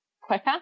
quicker